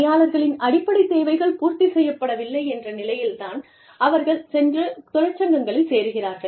பணியாளர்களின் அடிப்படை தேவைகள் பூர்த்தி செய்யப்படவில்லை என்று நிலையில்தான் அவர்கள் சென்று தொழிற்சங்கங்களில் சேருகிறார்கள்